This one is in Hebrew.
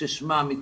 ועדת